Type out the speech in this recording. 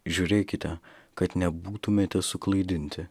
žiūrėkite kad nebūtumėte suklaidinti